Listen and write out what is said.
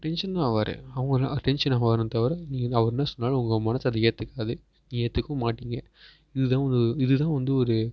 அவர் tension தான் ஆவாரு tension ஆவாங்க தவிர நீங்கள் அவர் என்ன சொன்னாலும் உங்கள் மனசு அதை ஏற்றுக்காது ஏத்துக்கவும் மாட்டிங்க இதுதான் ஒரு இதுதான் வந்து ஒரு